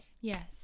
Yes